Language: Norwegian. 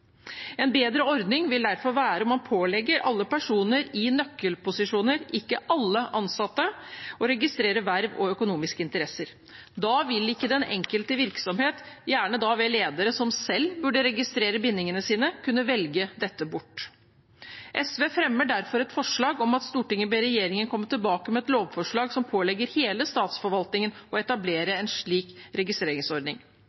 En bedre ordning vil derfor være om man pålegger alle personer i nøkkelposisjoner, ikke alle ansatte, å registrere verv og økonomiske interesser. Da vil ikke den enkelte virksomheten, gjerne da ved ledere som selv burde registrere bindingene sine, kunne velge dette bort. SV fremmer derfor et forslag om at Stortinget ber regjeringen komme tilbake med et lovforslag som pålegger hele statsforvaltningen å